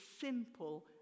simple